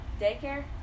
Daycare